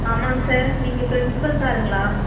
ஆமாங்க சார் நீங்கள் பிரின்சிபல் சாருங்களா